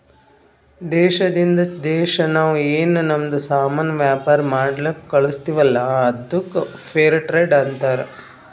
ದೇಶದಿಂದ್ ದೇಶಾ ನಾವ್ ಏನ್ ನಮ್ದು ಸಾಮಾನ್ ವ್ಯಾಪಾರ ಮಾಡ್ಲಕ್ ಕಳುಸ್ತಿವಲ್ಲ ಅದ್ದುಕ್ ಫೇರ್ ಟ್ರೇಡ್ ಅಂತಾರ